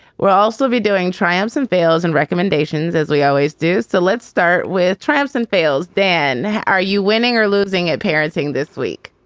we'll also be doing triumphs and failures and recommendations, as we always do. so let's start with triumphs and fails then. are you winning or losing at parent thing this week?